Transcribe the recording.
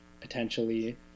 potentially